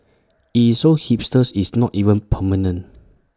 IT is so hipsters is not even permanent